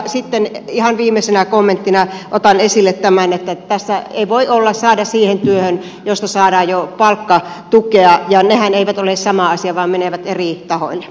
sitten ihan viimeisenä kommenttina otan esille tämän että tässä ei voi saada siihen työhön josta saadaan jo palkkatukea ja nehän eivät ole sama asia vaan menevät eri tahoille